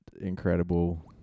incredible